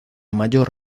mayor